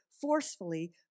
forcefully